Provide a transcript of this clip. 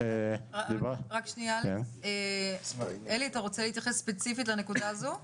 עלי, אתה רוצה להתייחס ספציפית לנקודה הזו?